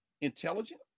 intelligence